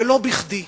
ולא בכדי.